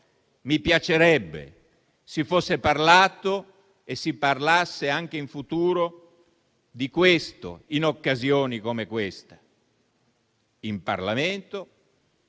Mi piacerebbe si fosse parlato e si parlasse anche in futuro di questo, in occasione come quella odierna, in Parlamento